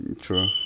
true